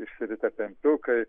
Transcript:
išsirita pempiukai